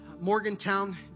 Morgantown